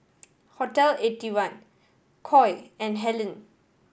Hotel Eighty one Koi and Helen